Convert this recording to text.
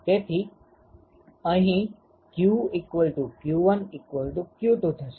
તેથી અહી q q1 q2 થશે